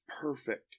perfect